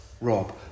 Rob